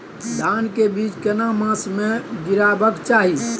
धान के बीज केना मास में गीराबक चाही?